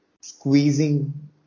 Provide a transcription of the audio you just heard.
squeezing